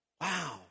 Wow